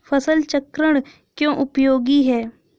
फसल चक्रण क्यों उपयोगी है?